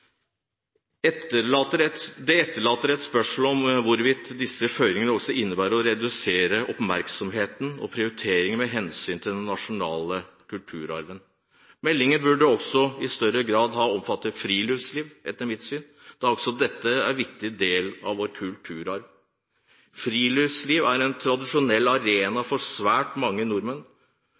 Det etterlater et spørsmål om hvorvidt disse føringene også innebærer redusert oppmerksomhet og prioritering med hensyn til den nasjonale kulturarven. Meldingen burde etter mitt syn i større grad også ha omfattet friluftsliv, da dette er en viktig del av vår kulturarv. Friluftsliv er en tradisjonell arena for svært mange nordmenn,